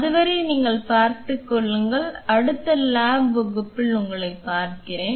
அதுவரை நீங்கள் பார்த்துக் கொள்ளுங்கள் அடுத்த லேப் வகுப்பில் உங்களைப் பார்க்கிறேன்